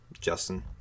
justin